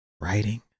writing